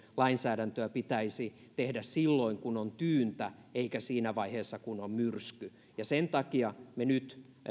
lainsäädäntöä pitäisi tehdä silloin kun on tyyntä eikä siinä vaiheessa kun on myrsky ja sen takia me nyt